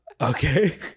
Okay